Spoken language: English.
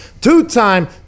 Two-time